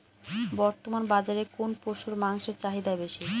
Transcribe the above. বর্তমান বাজারে কোন পশুর মাংসের চাহিদা বেশি?